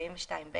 42(ב),